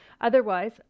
otherwise